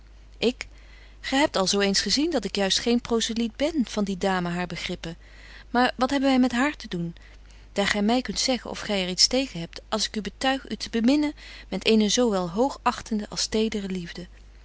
ik gy hebt al zo eens gezien dat ik juist betje wolff en aagje deken historie van mejuffrouw sara burgerhart geen proseliet ben van die dame haar begrippen maar wat hebben wy met haar te doen daar gy my kunt zeggen of gy er iets tegen hebt als ik u betuig u te beminnen met eene zo wel hoogachtende als tedere liefde